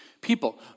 people